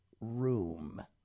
room